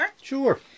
Sure